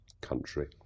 country